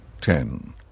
ten